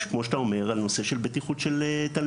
כמו שאתה אומר על נושא של בטיחות של תלמידים.